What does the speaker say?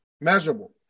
measurable